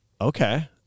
Okay